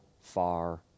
far